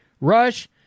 rush